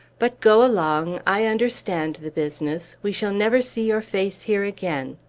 but go along! i understand the business. we shall never see your face here again.